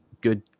good